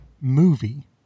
movie